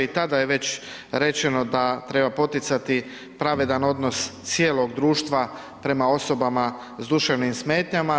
I tada je već rečeno da treba poticati pravedan odnos cijelog društva prema osobama sa duševnim smetnjama.